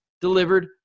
delivered